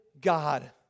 God